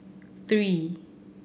three